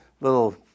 little